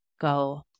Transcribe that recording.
go